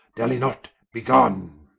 dally not, be gone